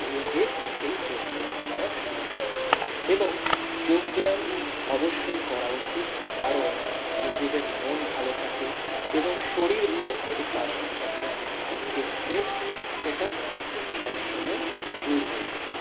নিজে সেই যোগব্যায়াম করা শুরু করুন এবং যোগব্যায়াম অবশ্যই করা উচিত কারণ নিজেদের মন ভালো থাকে এবং শরীর ভালো থাকে তার সাথে সাথে মাথার যে স্ট্রেস সেটা সবসময় দূর হয়ে যায়